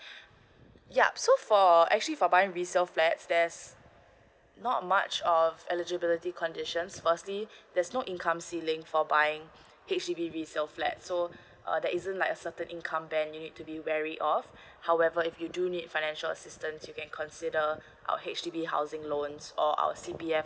yup so for actually for buying a resale flat there's not much uh eligibility conditions firstly there's no income ceiling for buying H_D_B resale flat so uh that isn't like a certain income banned you need to wary of however if you do need financial assistance you can consider a H_D_B housing loans or our C_P_F